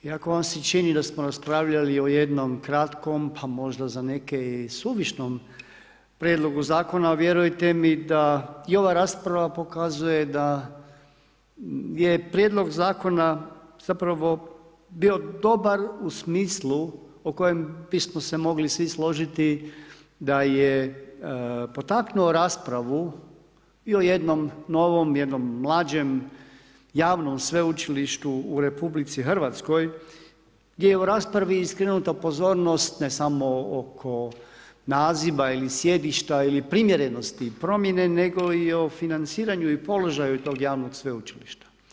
I ako vam se čini da smo raspravljali o jednom kratkom, pa možda za neke i suvišnom prijedlogu zakona, vjerujte mi da i ova rasprava pokazuje da je prijedlog zakona, zapravo bio dobar u smislu o kojem bismo se mogli svi složiti da je potaknuo raspravu i o jednom novom, o jednom mlađem, javnom sveučilištu u RH, gdje je u raspravi skrenuta pozornost, ne samo oko naziva ili sjedišta ili primjerenosti i promjene, nego i o financiranju i položaju tog javnog sveučilišta.